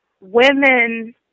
women